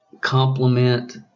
complement